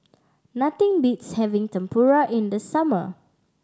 nothing beats having Tempura in the summer